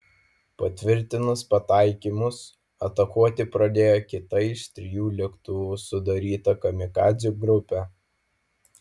patvirtinus pataikymus atakuoti pradėjo kita iš trijų lėktuvų sudaryta kamikadzių grupė